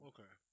Okay